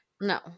No